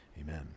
amen